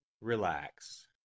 relax